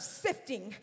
sifting